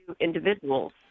individuals